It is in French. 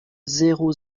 zéro